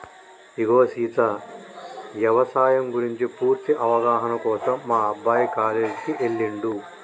ఇగో సీత యవసాయం గురించి పూర్తి అవగాహన కోసం మా అబ్బాయి కాలేజీకి ఎల్లిండు